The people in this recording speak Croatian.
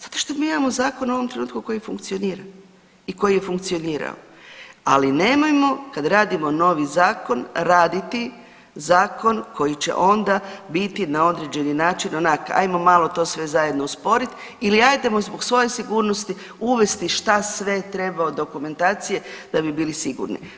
Zato što mi imamo zakon u ovom trenutku koji funkcionira i koji je funkcionirao, ali nemojmo kad radimo novi zakon raditi zakon koji će onda biti na određeni način onak ajmo malo to sve zajedno usporit ili ajdemo zbog svoje sigurnosti uvesti šta sve treba od dokumentacije da bi bili sigurni.